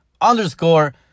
underscore